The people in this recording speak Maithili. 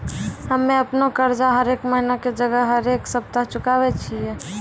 हम्मे अपनो कर्जा हरेक महिना के जगह हरेक सप्ताह चुकाबै छियै